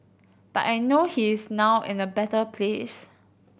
but I know he is now in a better place